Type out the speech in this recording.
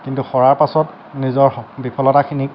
কিন্তু হৰাৰ পিছত নিজৰ স বিফলতাখিনিক